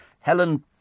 Helen